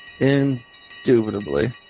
Indubitably